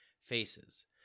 Faces